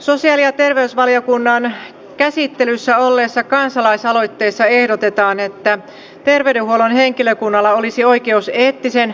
sosiaali ja terveysvaliokunnan käsittelyssä olleessa kansalaisaloitteessa ehdotetaan että terveydenhuollon henkilökunnalla olisi oikeus eettisen tai